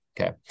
okay